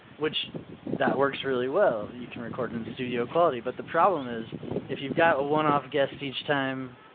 which that works really well. you can record in studio quality. but the problem is if you've got one off guest each time,